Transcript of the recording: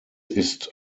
ist